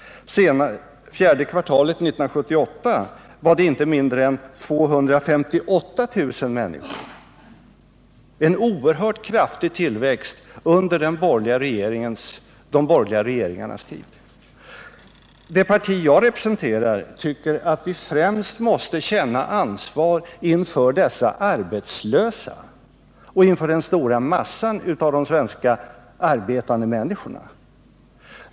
Fjärde kvartalet 1978 var det inte mindre än 258 000 människor — en oerhört kraftig tillväxt under de borgerliga regeringarnas tid. Det parti jag representerar tycker att vi främst måste känna ansvar inför dessa arbetslösa och inför den stora massan av arbetande människor.